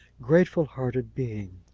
grateful-hearted being.